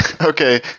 Okay